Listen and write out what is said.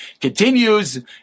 Continues